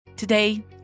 Today